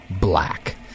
black